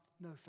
No